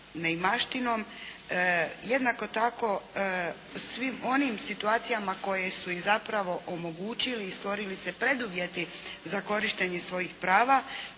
neimaštinom. Jednako tako svim onim situacijama koje su im zapravo omogućili i stvorili se preduvjeti za korištenje svojih prava